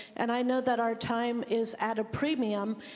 and i know that our time is at premium.